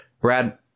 Brad